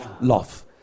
Love